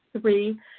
Three